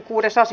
asia